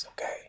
okay